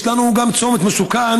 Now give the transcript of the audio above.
יש לנו גם צומת מסוכן,